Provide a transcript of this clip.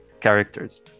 characters